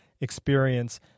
experience